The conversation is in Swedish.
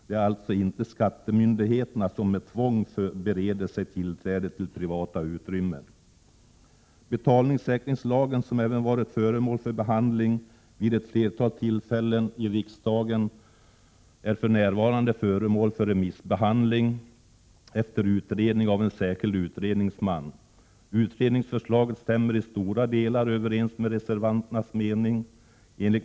Det är alltså inte skattemyndigheterna som med tvång bereder sig tillträde till privata utrymmen. Betalningssäkringslagen, som även varit föremål för behandling vid ett flertal tillfällen i riksdagen, är för närvarande föremål för remissbehandling efter utredning av en särskild utredningsman. Utredningsförslaget stämmer i stora delar överens med reservanternas mening.